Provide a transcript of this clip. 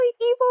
evil